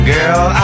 Girl